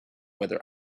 whether